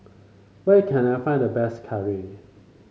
where can I find the best curry